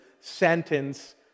sentence